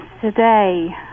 today